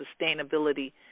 sustainability